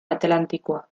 atlantikoa